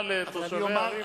שכשהדבר הוא מאוד חשוב,